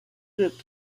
groups